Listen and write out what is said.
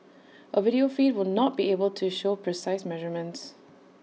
A video feed will not be able to show precise measurements